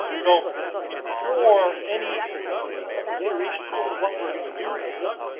so before any consideration for what we're going to do here,